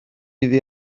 iddi